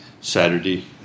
Saturday